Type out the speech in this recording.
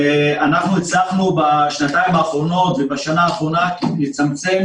והצלחנו בשנתיים האחרונות ובשנה האחרונה לצמצם